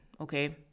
okay